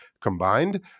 combined